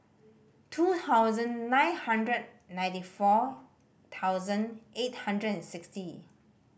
two thousand nine hundred ninety four thousand eight hundred and sixty